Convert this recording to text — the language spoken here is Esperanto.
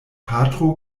patro